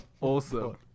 Awesome